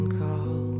call